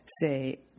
say